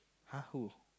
!huh! who